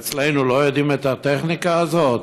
אצלנו לא יודעים את הטכניקה הזאת?